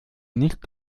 nicht